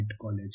college